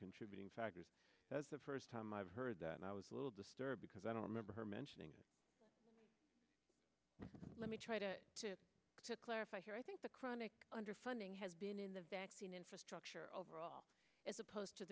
contributing factors that's the first time i've heard that and i was a little disturbed because i don't remember her mentioning let me try to clarify here i think the chronic underfunding has been in the vaccine infrastructure overall as opposed to